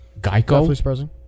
Geico